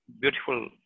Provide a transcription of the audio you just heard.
beautiful